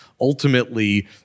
Ultimately